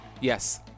Yes